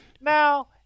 Now